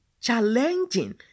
challenging